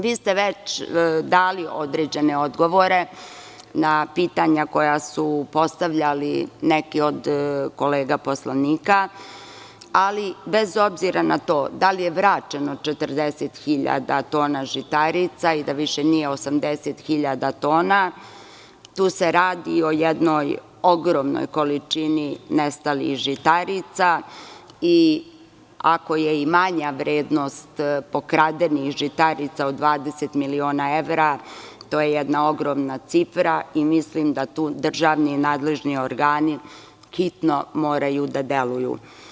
Vi ste već dali određene odgovore na pitanja koja su postavljali neki od kolega poslanika, ali bez obzira na to da li je vraćeno 40 hiljada tona žitarica i da nije više 80 hiljada tona, tu se radi o jednoj ogromnoj količini nestalih žitarica i ako je i manja vrednost pokradenih žitarica od 20 miliona evra, to je jedna ogromna cifra i mislim da tu državni i nadležni organi hitno moraju da deluju.